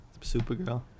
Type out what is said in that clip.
Supergirl